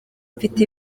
mfite